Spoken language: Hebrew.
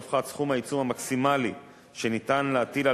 הופחת סכום העיצום המקסימלי שניתן להטיל על